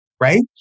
right